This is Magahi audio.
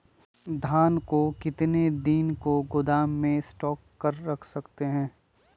धान को कितने दिन को गोदाम में स्टॉक करके रख सकते हैँ?